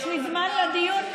יש לי זמן לדיון?